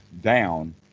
down